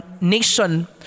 nation